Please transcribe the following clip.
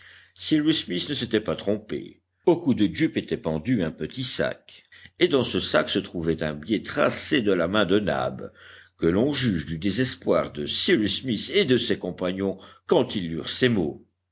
cyrus smith ne s'était pas trompé au cou de jup était pendu un petit sac et dans ce sac se trouvait un billet tracé de la main de nab que l'on juge du désespoir de cyrus smith et de ses compagnons quand ils lurent ces mots